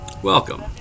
Welcome